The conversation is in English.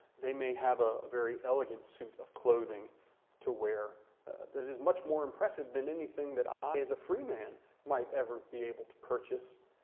they may have ah a very elegant suit of clothing to wear that is much more impressive than anything that i as a free man might ever be able to purchase.